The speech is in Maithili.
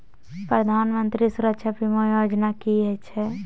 प्रधानमंत्री सुरक्षा बीमा योजना कि छिए?